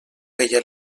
feia